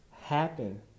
happen